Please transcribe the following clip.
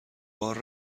بار